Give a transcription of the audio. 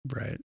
Right